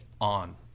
on